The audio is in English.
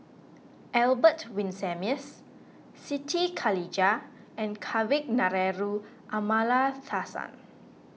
Albert Winsemius Siti Khalijah and Kavignareru Amallathasan